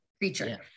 creature